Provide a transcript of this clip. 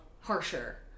harsher